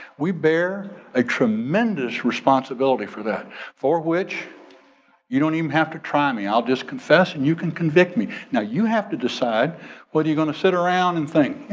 we bear a tremendous responsibility for that for which you don't even have to try me. i'll just confess and you can convict me. now, you have to decide whether you gonna sit around and think,